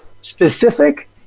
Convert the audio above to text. specific